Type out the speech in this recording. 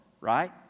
right